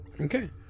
Okay